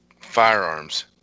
firearms